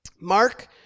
Mark